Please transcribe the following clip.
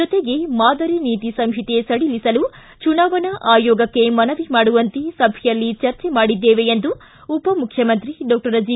ಜೊತೆಗೆ ಮಾದರಿ ನೀತಿ ಸಂಹಿತೆ ಸಡಿಲಿಸಲು ಚುನಾವಣೆ ಆಯೋಗಕ್ಕೆ ಮನವಿ ಮಾಡುವಂತೆ ಸಭೆಯಲ್ಲಿ ಚರ್ಚೆ ಮಾಡಿದ್ದೇವೆ ಎಂದು ಉಪಮುಖ್ಯಮಂತ್ರಿ ಡಾಕ್ಟರ್ ಜಿ